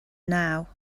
now